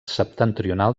septentrional